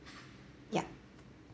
yup